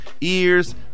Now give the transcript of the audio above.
ears